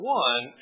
one